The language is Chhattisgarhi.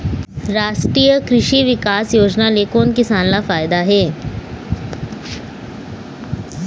रास्टीय कृषि बिकास योजना ले कोन किसान ल फायदा हे?